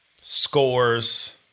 Scores